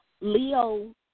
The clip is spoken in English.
Leo